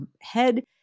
head